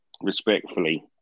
Respectfully